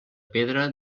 pedra